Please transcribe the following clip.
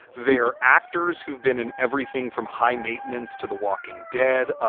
they're actors who've been in everything from high maintenance to the walking dead.